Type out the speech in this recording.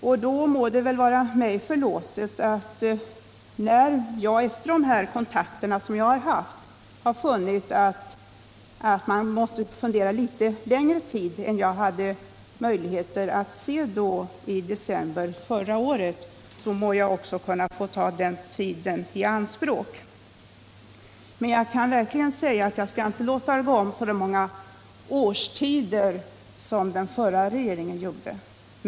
Och när jag efter de kontakter jag haft funnit att man måste fundera litet längre på detta än vad jag hade möjligheter att göra i december förra året må det väl vara mig förlåtet att också ta den tiden i anspråk. Men jag kan säga att vi inte skall låta det gå så många årstider som den förra regeringen gjorde.